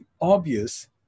obvious